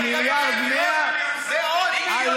אנחנו מגבילים את אגף החקירות?